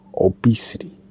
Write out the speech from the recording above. obesity